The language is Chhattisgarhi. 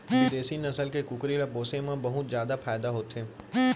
बिदेसी नसल के कुकरी ल पोसे म बहुत फायदा होथे